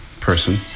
person